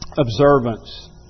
observance